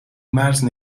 مرز